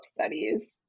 studies